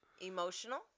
Emotional